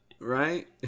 Right